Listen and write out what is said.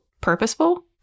purposeful